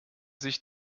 sich